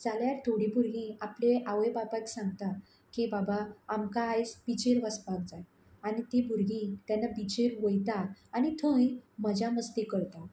जाल्यार थोडीं भुरगीं आपले आवय बापायक सांगता की बाबा आमकां आयज बिचीर वचपाक जाय आनी तीं भुरगीं तेन्ना बिचीर वयता आनी थंय मजा मस्ती करता